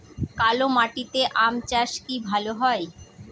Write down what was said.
কালো মাটিতে আম চাষ কি ভালো হয়?